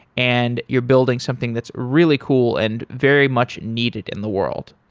and you're building something that's really cool and very much needed in the world.